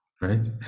right